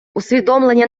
усвідомлення